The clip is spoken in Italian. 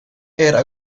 era